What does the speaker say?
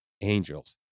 Angels